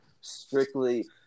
strictly